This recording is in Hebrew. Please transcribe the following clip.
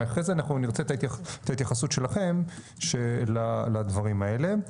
אחרי זה אנחנו נרצה את ההתייחסות שלכם לדברים האלה.